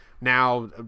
now